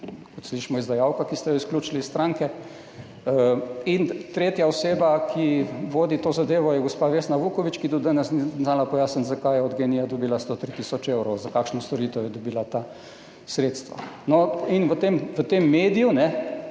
kot slišimo, je izdajalka, ki ste jo izključili iz stranke, in tretja oseba, ki vodi to zadevo, je gospa Vesna Vuković, ki do danes ni znala pojasniti, zakaj je od GEN-I dobila 103 tisoč evrov, za kakšno storitev je dobila ta sredstva. In v tem mediju,